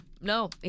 no